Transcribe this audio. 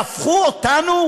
יהפכו אותנו,